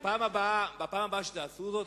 בפעם הבאה שתעשו זאת,